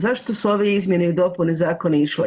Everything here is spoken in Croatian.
Zašto su ove izmjene i dopune zakona išle?